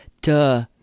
Duh